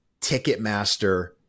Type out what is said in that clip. Ticketmaster